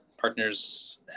partners